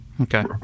okay